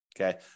Okay